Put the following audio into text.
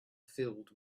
filled